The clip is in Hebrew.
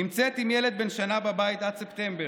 נמצאת עם ילד בן שנה בבית עד ספטמבר.